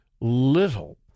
little